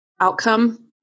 outcome